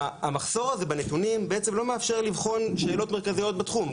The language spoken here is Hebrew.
המחסור הזה בנתונים בעצם לא מאפשר לבחון שאלות מרכזיות בתחום.